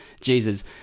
jesus